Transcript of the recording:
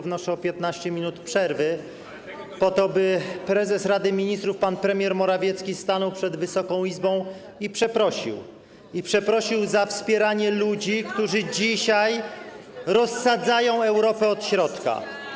Wnoszę o 15-minutową przerwę po to, by prezes Rady Ministrów pan premier Morawiecki stanął przed Wysoką Izbą i przeprosił za wspieranie ludzi, którzy dzisiaj rozsadzają Europę od środka.